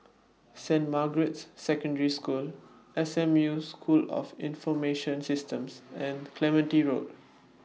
Saint Margaret's Secondary School S M U School of Information Systems and Clementi Road